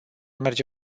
merge